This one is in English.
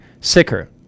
sicker